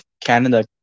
Canada